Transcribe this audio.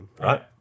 right